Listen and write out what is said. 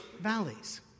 valleys